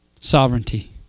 sovereignty